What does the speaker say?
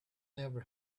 never